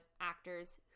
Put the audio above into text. actors